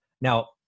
Now